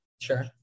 Sure